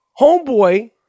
homeboy